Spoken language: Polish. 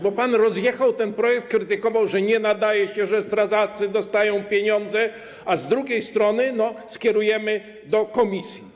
Bo pan rozjechał ten projekt, krytykował, że nie nadaje się, że strażacy dostają pieniądze, a z drugiej strony skierujemy go do komisji.